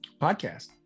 Podcast